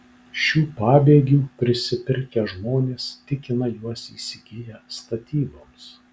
šių pabėgių prisipirkę žmonės tikina juos įsigiję statyboms